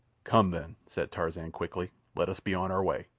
come, then, said tarzan quickly, let us be on our way.